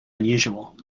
unusual